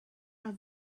are